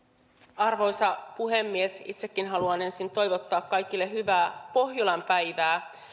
arvoisa puhemies itsekin haluan ensin toivottaa kaikille hyvää pohjolan päivää